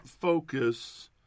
focus